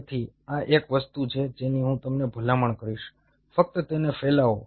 તેથી આ એક વસ્તુ છે જેની હું તમને ભલામણ કરીશ ફક્ત તેને ફેલાવો